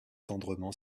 tendrement